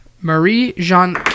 Marie-Jean